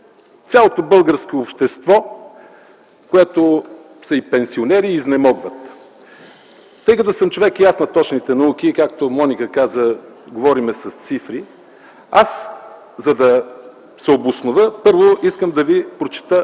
цялото българско общество, в което са и пенсионерите и изнемогват. Тъй като и аз съм човек на точните науки, както Моника каза – говорим с цифри, за да се обоснова, първо искам да ви прочета